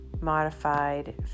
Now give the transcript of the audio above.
modified